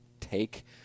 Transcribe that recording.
take